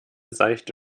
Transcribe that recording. seichte